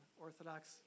Orthodox